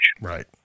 right